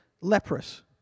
leprous